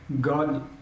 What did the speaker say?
God